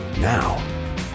now